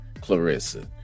Clarissa